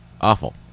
awful